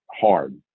hard